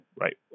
right